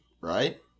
right